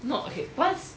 no okay what's